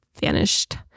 vanished